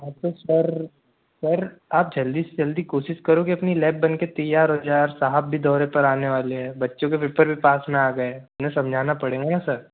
अच्छा sir sir आप जल्दी से जल्दी कोशिश करोगे अपनी लैब बन के तैयार हो जाए और साहब भी दौरे पे आने वाले हैं बच्चों के पेपर भी पास में आ गए उन्हें समझना पड़ेगा ना सर